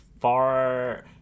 far